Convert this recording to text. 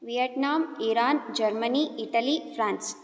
Vietnam Iran Germany Italy France